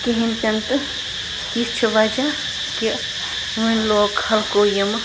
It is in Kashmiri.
کِہیٖنۍ تہٕ نہٕ تہٕ یہِ چھُ وَجہ کہِ وۄنۍ لوگ خلقو یِمہٕ